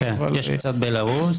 כן, יש קצת מבלרוס.